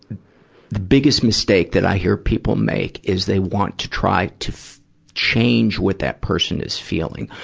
the biggest mistake that i hear people make is, they want to try to change what that person is feeling.